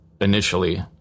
initially